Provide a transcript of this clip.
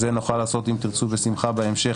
את זה נוכל לעשות אם תרצו בשמחה בהמשך